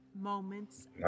Moments